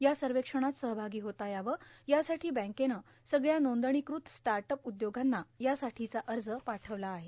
या सवक्षणात सहभागी होता यावं यासाठी बँकेनं सगळ्या नोदणीकृत स्टाट उप उदयोगांना यासाठींचा अज पाठवला आहे